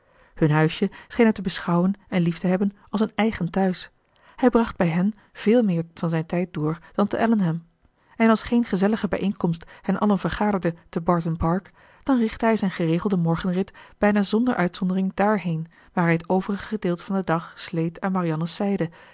hun huisje scheen hij te beschouwen en lief te hebben als een eigen thuis hij bracht bij hen veel meer van zijn tijd door dan te allenham en als geen gezellige bijeenkomst hen allen vergaderde te barton park dan richtte hij zijn geregelden morgenrit bijna zonder uitzondering dààrheen waar hij het overige gedeelte van den dag sleet aan marianne's zijde